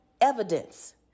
evidence